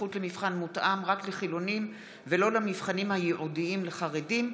זכות למבחן מותאם) רק לחילונים (ולא למבחנים הייעודיים לחרדים).